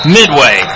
midway